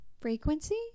frequency